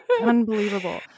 Unbelievable